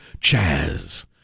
Chaz